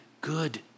good